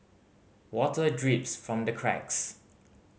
water drips from the cracks